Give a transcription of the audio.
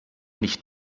nicht